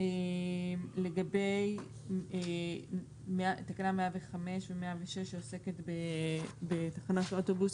לגבי תקנה 105 ו-106 שעוסקת בתחנות אוטובוס,